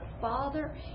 father